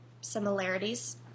similarities